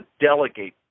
delegate